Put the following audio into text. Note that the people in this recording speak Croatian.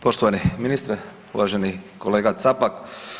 Poštovani ministre, uvaženi kolega Capak.